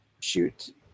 shoot